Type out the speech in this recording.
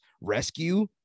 rescue